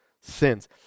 sins